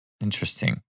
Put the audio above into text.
Interesting